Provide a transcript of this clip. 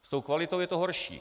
S tou kvalitou je to horší.